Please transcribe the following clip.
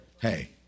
hey